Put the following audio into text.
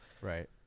Right